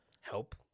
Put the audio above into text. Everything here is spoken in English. Help